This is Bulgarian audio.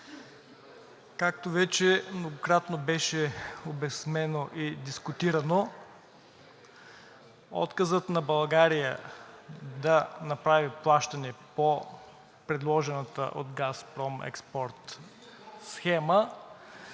Както вече многократно беше обяснено и дискутирано, отказът на България да направи плащане по предложената от „Газпром Експорт“ схема